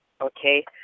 okay